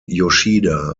yoshida